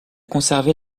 conservé